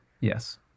yes